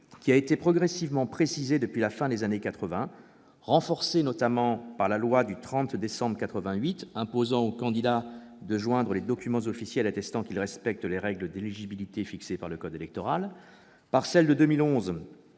qui a été progressivement précisée depuis la fin des années quatre-vingt, renforcée, notamment par la loi du 30 décembre 1988 imposant aux candidats de joindre les documents officiels attestant qu'ils respectent les règles d'éligibilité fixées par le code électoral, par celle de 2011